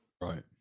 Right